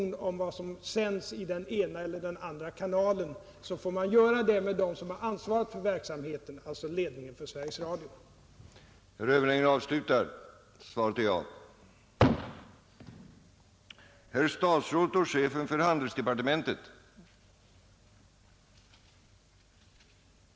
prisoch kar om vad som sänts i den ena eller den andra kanalen får man göra det med = tellnämndens utred dem som har ansvaret för verksamheten, alltså ledningen för Sveriges ningsverksamhet vid att situationen är sådan att jag vill utsätta mig för den sortens politiska